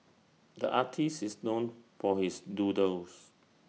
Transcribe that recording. the artist is known for his doodles